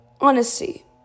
Honesty